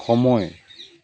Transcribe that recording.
সময়